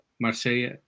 Marseille